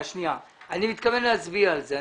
מתכוון להצביע על זה.